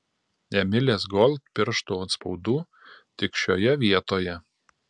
emilės gold pirštų atspaudų tik šioje vietoje